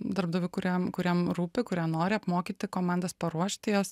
darbdavių kuriem kuriem rūpi kurie nori apmokyti komandas paruošti jas